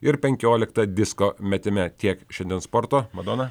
ir penkiolikta disko metime tiek šiandien sporto madona